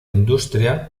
industria